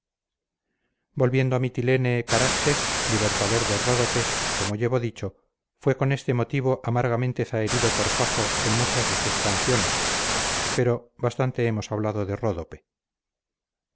volviendo a mitilene caraxes libertador de ródope como llevo dicho fue con este motivo amargamente zaherido por safo en muchas de sus canciones pero bastante hemos hablado de